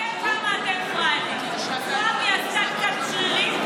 תסתכל כמה אתם פראיירים: זועבי עשתה קצת שרירים,